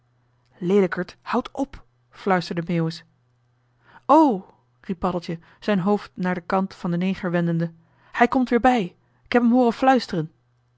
leelijkerd houd op fluisterde meeuwis o riep paddeltje zijn hoofd naap den kant van den neger wendende hij komt weer bij k heb m hooren fluisteren